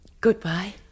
Goodbye